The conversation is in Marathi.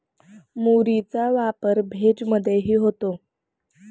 मुरीचा वापर भेज मधेही होतो